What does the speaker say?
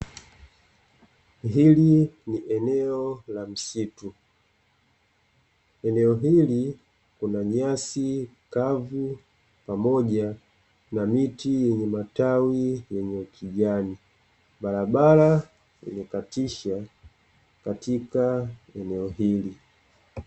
Hili ni eneo la mstitu. Eneo hili kuna nyasi kavu pamoja na miti yenye matawi yenye ukijani. Barabara imekatisha katika eneo hili.